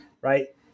right